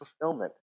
fulfillment